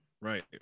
right